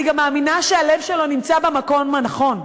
אני גם מאמינה שהלב שלו נמצא במקום הנכון.